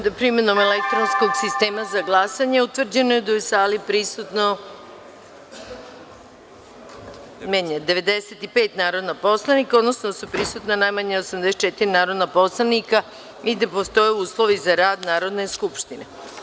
da je, primenom elektronskog sistema za glasanje, utvrđeno da je u sali prisutno 95 narodnih poslanika, odnosno da su prisutna najmanje 84 narodna poslanika i da postoje uslovi za rad Narodne skupštine.